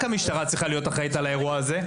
המשטרה צריכה להיות אחראית על האירוע הזה.